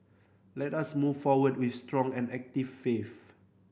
let us move forward with strong and active faith